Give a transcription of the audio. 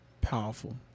powerful